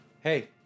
Hey